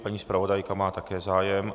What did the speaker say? Paní zpravodajka má také zájem.